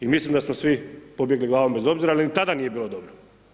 I mislim da smo svi pobjegli glavom bez obzira, ali ni tada nije bilo dobro.